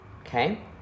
Okay